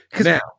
Now